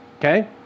Okay